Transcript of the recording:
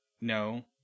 No